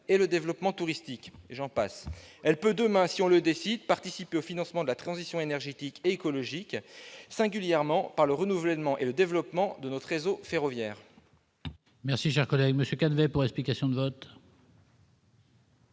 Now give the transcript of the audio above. le développement touristique, et j'en passe. Elle peut demain, si on le décide, participer au financement de la transition énergétique et écologique, singulièrement par le renouvellement et le développement de notre réseau ferroviaire.